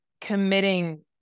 committing